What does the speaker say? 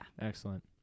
excellent